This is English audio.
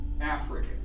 Africa